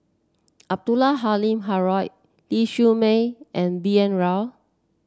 Abdul Halim Haron Lau Siew Mei and B N Rao